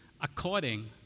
according